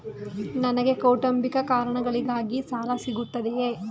ನನಗೆ ಕೌಟುಂಬಿಕ ಕಾರಣಗಳಿಗಾಗಿ ಸಾಲ ಸಿಗುತ್ತದೆಯೇ?